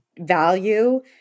value